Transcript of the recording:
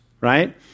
right